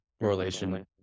correlation